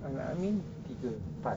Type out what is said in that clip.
amin tiga empat